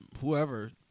whoever